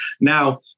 Now